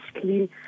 clean